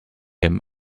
him